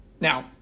Now